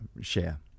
share